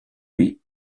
lui